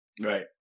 Right